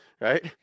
right